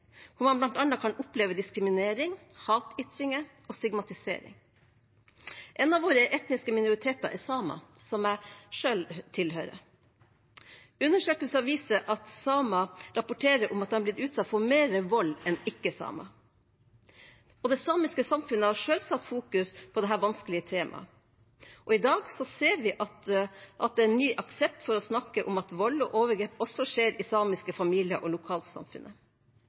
Man kan bl.a. oppleve diskriminering, hatytringer og stigmatisering. En av våre etniske minoriteter er samer, som jeg selv tilhører. Undersøkelser viser at samer rapporterer om å ha blitt utsatt for mer vold enn ikke-samer. Det samiske samfunnet har selv satt dette vanskelige temaet i fokus. I dag ser vi at det er en ny aksept for å snakke om at vold og overgrep også skjer i samiske familier og